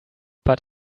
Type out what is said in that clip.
but